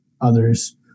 others